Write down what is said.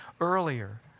earlier